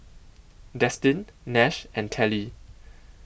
Destin Nash and Telly